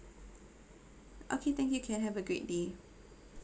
okay thank you ken have a great day